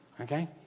Okay